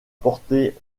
portées